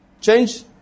change